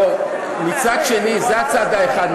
זה הצד האחד.